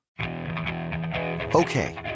Okay